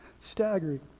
Staggering